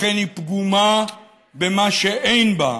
לכן היא פגומה במה שאין בה: